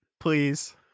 Please